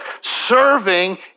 serving